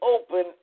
open